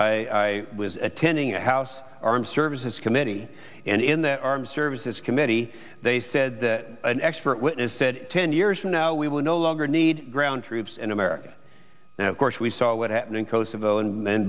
i was attending a house armed services committee and in the armed services committee they said an expert witness said ten years from now we will no longer need ground troops in america and of course we saw what happened in kosovo